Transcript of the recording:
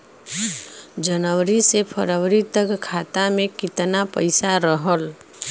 जनवरी से फरवरी तक खाता में कितना पईसा रहल?